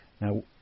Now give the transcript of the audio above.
Now